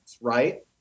Right